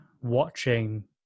watching